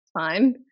fine